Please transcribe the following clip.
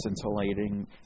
scintillating